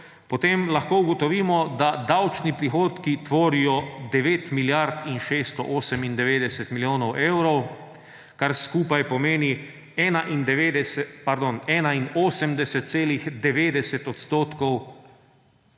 potem lahko ugotovimo, da davčni prihodki tvorijo 9 milijard in 698 milijonov evrov, kar skupaj pomeni 81,90 odstotka